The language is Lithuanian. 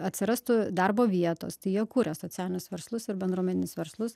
atsirastų darbo vietos tai jie kuria socialinius verslus ir bendruomeninis verslus